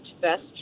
best